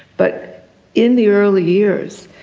but in the early years,